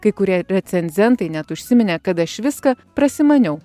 kai kurie recenzentai net užsiminė kad aš viską prasimaniau